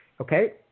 Okay